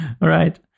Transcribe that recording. right